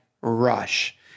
rush